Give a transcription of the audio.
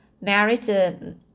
married